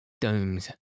Domes